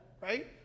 right